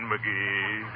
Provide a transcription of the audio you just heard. McGee